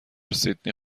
سیدنی